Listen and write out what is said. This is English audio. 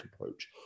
approach